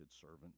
servant